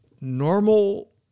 normal